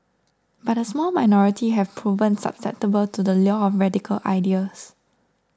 but a small minority have proven susceptible to the lure of radical ideas